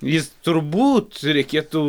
jis turbūt reikėtų